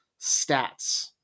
stats